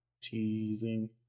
Teasing